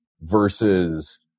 versus